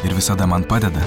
ir visada man padeda